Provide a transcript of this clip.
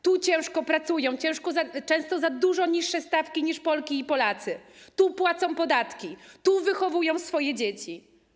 Tu ciężko pracują, często za dużo niższe stawki niż Polki i Polacy, tu płacą podatki, tu wychowują swoje dzieci.